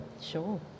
Sure